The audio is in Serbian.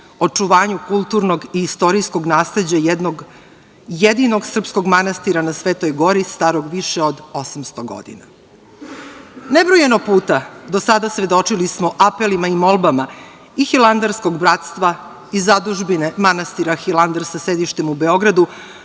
očuvanju kulturnog i istorijskog nasleđa jednog jedinog srpskog manastira na Svetoj gori, starog više od 800 godina. Nebrojano puta do sada svedočili smo apelima i molbama i hilandarskog bratstva i Zadužbine manastira Hilandar sa sedištem u Beogradu,